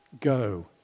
go